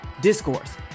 discourse